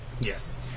Yes